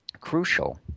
crucial